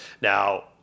Now